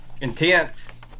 intense